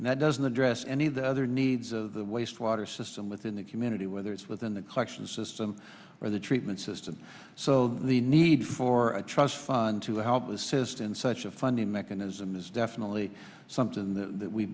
and that doesn't address any of the other needs of the waste water system within the community whether it's within the collection system or the treatment system so the need for a trust fund to help assist in such a funding mechanism is definitely something that we